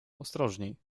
ostrożniej